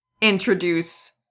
introduce